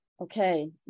Okay